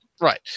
Right